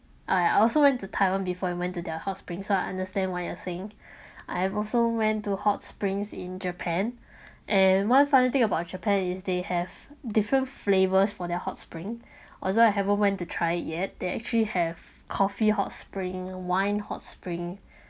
I also went to taiwan before I went to their hot spring so I understand what you are saying I have also went to hot springs in japan and one funny thing about japan is they have different flavours for their hot spring although I haven't went to try it they actually have coffee hot spring wine hot spring